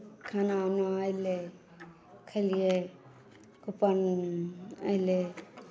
खाना उना ऐलै खेलियै कूपन एलै